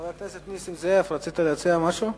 חבר הכנסת נסים זאב, רצית להציע משהו?